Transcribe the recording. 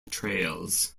trails